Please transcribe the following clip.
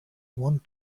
want